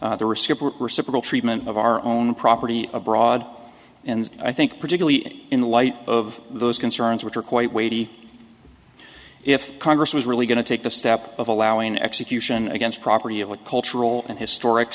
reciprocal treatment of our own property abroad and i think particularly in light of those concerns which are quite weighty if congress was really going to take the step of allowing execution against property of a cultural and historic